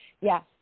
Yes